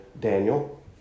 Daniel